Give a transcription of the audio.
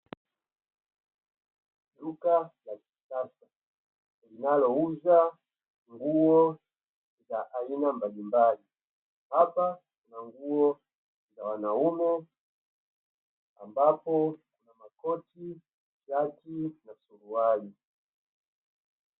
Duka la kisasa nguo za aina mbalimbali hapa kuna na nguo za wanaume ambapo kuna makoti, shati na suruali.